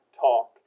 talk